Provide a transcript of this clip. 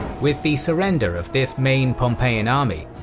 with the surrender of this main pompeian army,